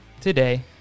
Today